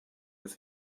with